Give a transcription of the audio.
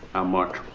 much?